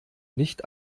nicht